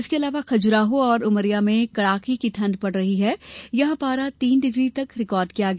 इसके अलावा खजुराहो और उमरिया में कड़ाके की ठंड़ पड़ रही है जहां पारा तीन डिग्री रिकार्ड किया गया